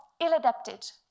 ill-adapted